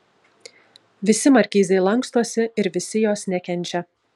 visi markizei lankstosi ir visi jos nekenčia